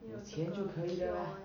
你有钱就可以 lah